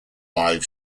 live